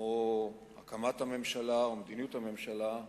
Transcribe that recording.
כמו הקמת הממשלה או מדיניות הממשלה,